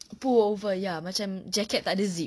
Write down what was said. pullover ya macam jacket tak ada zip